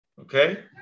Okay